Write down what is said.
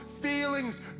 feelings